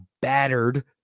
battered